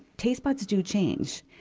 taste buds do change.